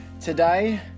today